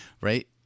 right